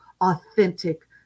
authentic